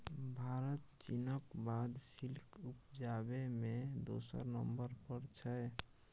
भारत चीनक बाद सिल्क उपजाबै मे दोसर नंबर पर छै